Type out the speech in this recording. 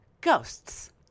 Ghosts